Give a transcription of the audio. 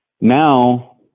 Now